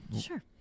Sure